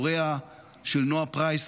הוריה של נועה פרייס,